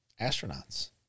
astronauts